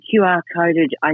QR-coded